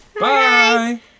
Bye